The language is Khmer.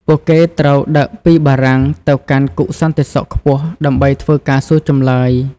ពួកគេត្រូវដឹកពីបារាំងទៅកាន់គុកសន្តិសុខខ្ពស់ ដើម្បីធ្វើការសួរចម្លើយ។